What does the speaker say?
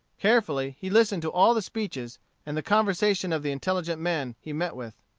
carefully he listened to all the speeches and the conversation of the intelligent men he met with.